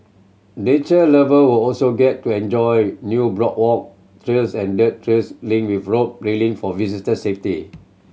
nature lover will also get to enjoy new boardwalk trails and dirt trails lined with rope railing for visitor safety